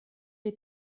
die